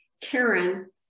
Karen